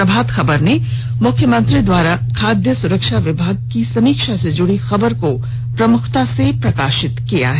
प्रभात खबर ने मुख्यमंत्री द्वारा खाद्य आपूर्ति विभाग को समीक्षा से जुड़ी खबर को प्रमुखता से प्रकाशित किया है